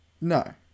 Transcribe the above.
No